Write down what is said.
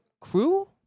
crew